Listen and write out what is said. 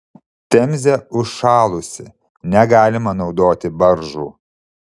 temzė užšalusi negalima naudoti baržų